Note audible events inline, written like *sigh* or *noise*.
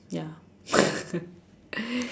ya *laughs*